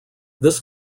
this